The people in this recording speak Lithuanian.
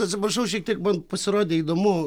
atsiprašau šiek tiek man pasirodė įdomu